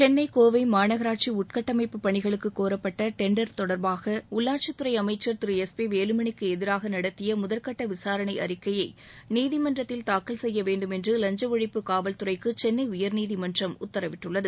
சென்னை கோவை மாநகராட்சி உள்கட்டமைப்பு பணிகளுக்கு கோரப்பட்ட டெண்டர் தொடர்பாக உள்ளாட்சித்துறை அமைச்சர் திரு எஸ் பி வேலுமணிக்கு எதிராக நடத்திய முதல்கட்ட விசாரணை அறிக்கையை நீதிமன்றத்தில் தாக்கல் செய்ய வேண்டும் என்று லஞ்ச ஒழிப்பு காவல்துறைக்கு சென்னை உயர்நீதிமன்றம் உத்தரவிட்டுள்ளது